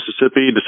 Mississippi